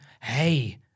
hey